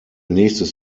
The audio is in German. nächstes